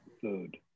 food